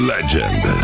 Legend